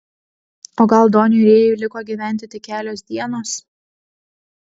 o gal doniui rėjui liko gyventi tik kelios dienos